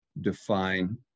define